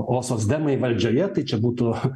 o socdemai valdžioje tai čia būtų